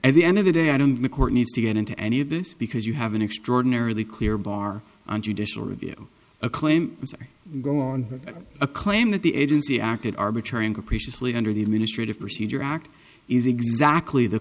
at the end of the day i don't the court needs to get into any of this because you have an extraordinarily clear bar on judicial review a claim and go on a claim that the agency acted arbitrary and capricious lee under the administrative procedure act is exactly the